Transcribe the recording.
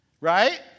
Right